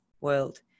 world